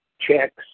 checks